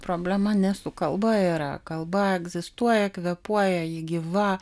problema ne su kalba yra kalba egzistuoja kvėpuoja ji gyva